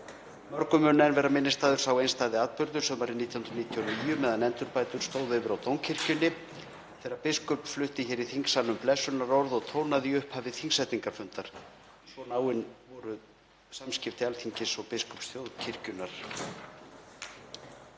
Mörgum mun enn vera minnisstæður sá einstæði atburður sumarið 1999, meðan endurbætur stóðu yfir á Dómkirkjunni, þegar biskup flutti hér í þingsalnum blessunarorð og tónaði í upphafi þingsetningarfundar. Svo náin urðu samskipti Alþingis og biskups þjóðkirkjunnar.